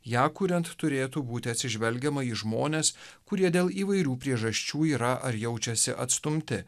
ją kuriant turėtų būti atsižvelgiama į žmones kurie dėl įvairių priežasčių yra ar jaučiasi atstumti